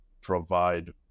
provide